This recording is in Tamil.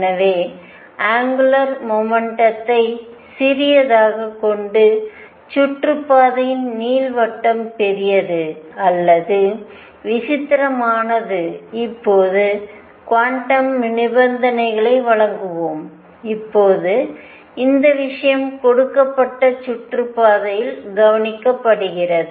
எனவே அங்குலார் மொமெண்டத்தை சிறியதாகக் கொண்டு சுற்றுப்பாதையின் நீள்வட்டம் பெரியது அல்லது விசித்திரமானது இப்போது குவாண்டம் நிபந்தனைகளை வழங்குவோம் இப்போது இந்த விஷயம் கொடுக்கப்பட்ட சுற்றுப்பாதையில் கவனிக்கப்படுகிறது